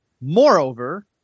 Moreover